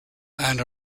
and